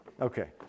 okay